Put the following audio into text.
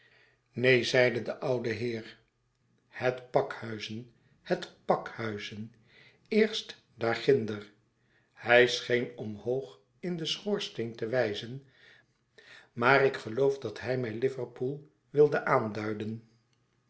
neen zeide de oude heer het pakhuizen het pakhuizen eerst daar ginder hij scheen omhoog in den schoorsteen te wijzen maar ik geloof dat hij mij liverpool wilde aanduiden